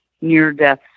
Near-Death